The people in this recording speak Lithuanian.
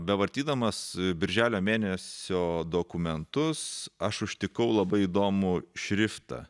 bevartydamas birželio mėnesio dokumentus aš užtikau labai įdomų šriftą